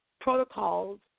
protocols